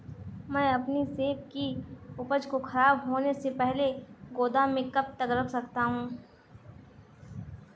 मैं अपनी सेब की उपज को ख़राब होने से पहले गोदाम में कब तक रख सकती हूँ?